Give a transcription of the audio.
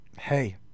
hey